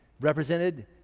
represented